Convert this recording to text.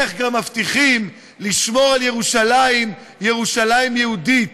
איך גם מבטיחים לשמור על ירושלים ירושלים יהודית,